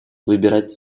выбирать